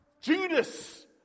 Judas